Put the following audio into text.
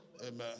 Amen